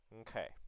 Okay